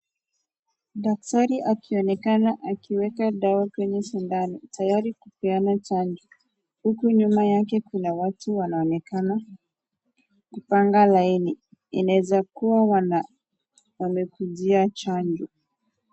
Daktari akionekana akiweka dawa kwenye sindano tayari kupeana chanjo, huku nyuma yake kuna watu wanaonekana kupanga laini inaweza kuwa wamekujia chanjo.